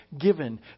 given